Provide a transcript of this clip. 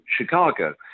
Chicago